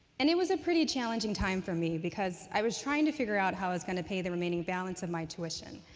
and it was a pretty challenging time for me because i was trying to figure out how i was going to pay the remaining balance of my tuition.